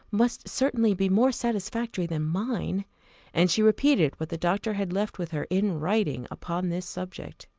must certainly be more satisfactory than mine and she repeated what the doctor had left with her in writing upon this subject.